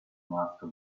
master